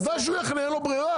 וודאי שהוא יחנה, אין לו ברירה.